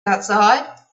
outside